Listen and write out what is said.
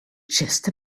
just